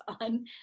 on